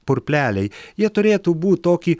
purpleliai jie turėtų būt tokį